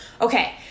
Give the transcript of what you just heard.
Okay